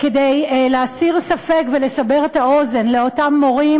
כדי להסיר ספק ולסבר את אוזנם של אותם מורים,